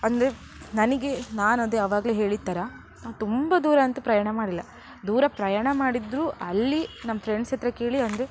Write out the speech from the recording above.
ಅಂದರೆ ನನಗೆ ನಾನು ಅದೇ ಆವಾಗಲೇ ಹೇಳಿದ ಥರ ನಾ ತುಂಬ ದೂರ ಅಂತೂ ಪ್ರಯಾಣ ಮಾಡಿಲ್ಲ ದೂರ ಪ್ರಯಾಣ ಮಾಡಿದರೂ ಅಲ್ಲಿ ನಮ್ಮ ಫ್ರೆಂಡ್ಸ್ ಹತ್ರ ಕೇಳಿ ಅಂದರೆ